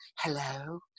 hello